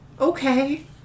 okay